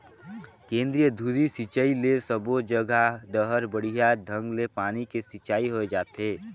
केंद्रीय धुरी सिंचई ले सबो जघा डहर बड़िया ढंग ले पानी के सिंचाई होय जाथे